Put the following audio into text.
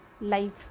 life